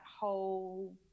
whole